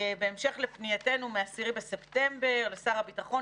בהמשך לפנייתנו מה-10 בספטמבר לשר הביטחון,